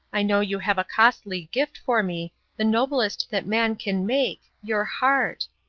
i know you have a costly gift for me the noblest that man can make your heart!